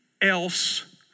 else